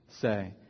say